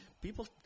people